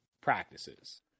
practices